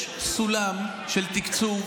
מספיק עם ההסתה.